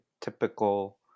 typical